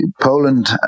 poland